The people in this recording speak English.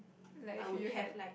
like if you had